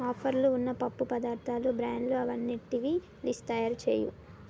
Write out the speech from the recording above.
ఆఫర్లు ఉన్న పప్పు పదార్థాలు బ్రాండ్లు అవన్నిటివి లిస్ట్ తయారుచేయు